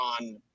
on